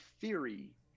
theory